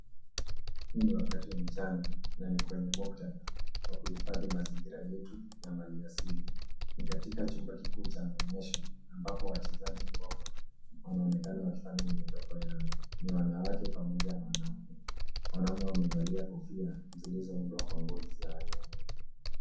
Huu ni wakati wa mchana na ni kwenye muktadha wa kuhifadhi mazingira yetu na mali asili. Ni katika chumba kikuu cha maonesho ambapo wachezaji bomba wanaonekana wakifanya miondoko yao. Ni wanawake pamoja na wanaume. Wanaume wamevalia kofia zilizoundwa kwa ngozi za wanyama.